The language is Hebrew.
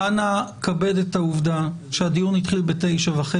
כבודו, אנא, כבד את העובדה שהדיון התחיל ב-09:30.